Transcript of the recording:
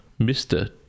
Mr